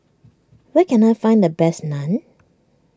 where can I find the best Naan